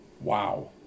wow